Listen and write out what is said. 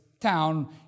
town